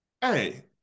hey